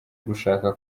gushaka